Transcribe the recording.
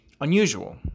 unusual